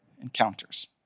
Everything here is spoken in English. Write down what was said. encounters